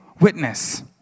witness